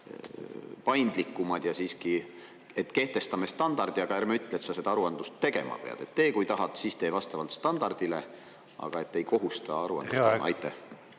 paindlikumad? Ehk kehtestame standardi, aga ärme ütle, et sa seda aruandlust tegema pead? Tee, kui tahad, ja siis tee vastavalt standardile, aga ei kohusta aruandlust esitama.